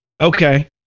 okay